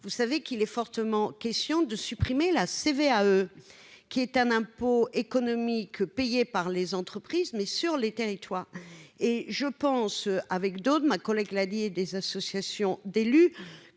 vous savez qu'il est fortement question de supprimer la CVAE qui est un impôt économique payée par les entreprises, mais sur les territoires, et je pense avec d'autres, ma collègue l'a dit et des associations d'élus